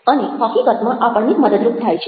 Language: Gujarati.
અને હકીકતમાં આપણને મદદરૂપ થાય છે